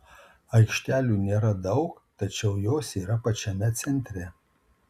aikštelių nėra daug tačiau jos yra pačiame centre